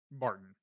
Martin